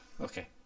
Okay